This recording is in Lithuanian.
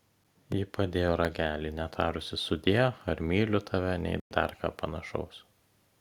ji padėjo ragelį netarusi sudie ar myliu tave nei dar ką panašaus